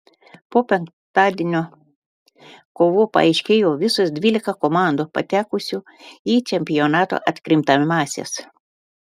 po penktadienio kovų paaiškėjo visos dvylika komandų patekusių į čempionato atkrintamąsias